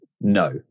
No